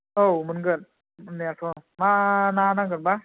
औ मोनगोन मोननायाथ' मा ना नांगोन बा